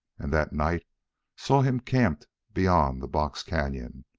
and that night saw him camped beyond the box canon,